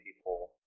people